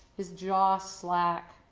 his jaw slack.